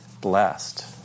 blessed